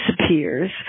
disappears